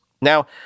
Now